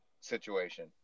situation